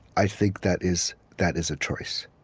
i think that is that is a choice,